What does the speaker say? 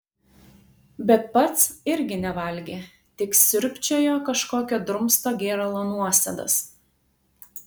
bet pats irgi nevalgė tik sriūbčiojo kažkokio drumsto gėralo nuosėdas